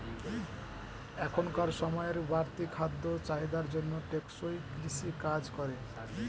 এখনকার সময়ের বাড়তি খাদ্য চাহিদার জন্য টেকসই কৃষি কাজ করে